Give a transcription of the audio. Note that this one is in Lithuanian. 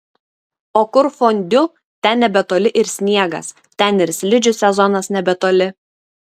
o kur fondiu ten nebetoli ir sniegas ten ir slidžių sezonas nebetoli